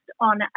on